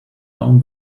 down